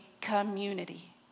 community